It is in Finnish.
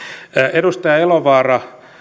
edustaja elovaara